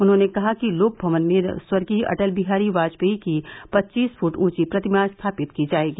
उन्होंने कहा कि लोकभवन में स्वर्गीय अटल बिहारी वाजपेयी की पच्चीस फुट ऊॅची प्रतिमा स्थापित की जायेगी